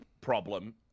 problem